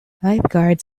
lifeguards